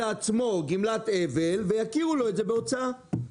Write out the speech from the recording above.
לעצמו גמלת אבל, ויכירו לו בזה כהוצאה.